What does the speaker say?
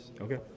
Okay